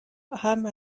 ham